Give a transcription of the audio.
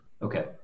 Okay